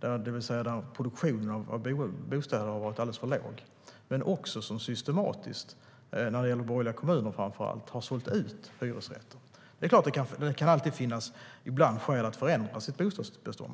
det vill säga att produktionen av bostäder har varit alldeles för låg, men också att framför allt borgerliga kommuner systematiskt har sålt ut hyresrätter. Det är klart att det ibland kan finnas skäl att förändra sitt bostadsbestånd.